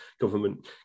government